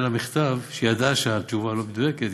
לה מכתב ושהיא ידעה שהתשובה לא מדויקת.